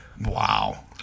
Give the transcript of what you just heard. Wow